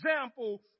example